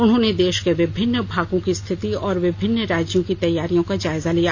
उन्होंने देश को विभिन्न भागों की स्थिति और विभिन्न राज्यों की तैयारियों का जायजा लिया